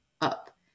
up